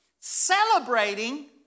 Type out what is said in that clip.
celebrating